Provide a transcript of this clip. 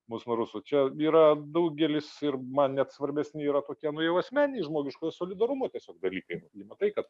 mus mažus o čia yra daugelis ir man net svarbesni yra tokie nu jau asmeniniai žmogiškojo solidarumo tiesiog dalykai nu matai kad